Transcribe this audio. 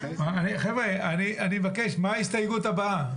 ההסתייגות הבאה.